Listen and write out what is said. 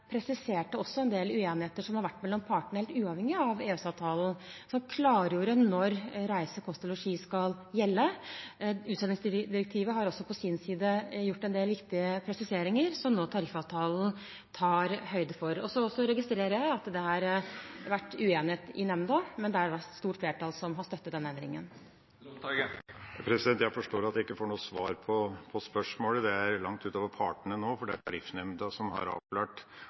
presiserte også en del uenigheter som har vært mellom partene helt uavhengig av EØS-avtalen, og klargjorde når reglene for reise, kost og losji skal gjelde. Utsendingsdirektivet har på sin side gitt en del viktige presiseringer som tariffavtalen nå tar høyde for. Jeg registrerer at det har vært uenighet i nemnda, men det er et stort flertall som har støttet denne endringen. Jeg forstår at jeg ikke får noe svar på spørsmålet. Det er langt utover partene nå; det er Tariffnemnda som har avklart